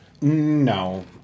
No